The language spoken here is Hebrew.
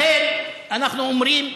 לכן אנחנו אומרים: